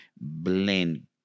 blend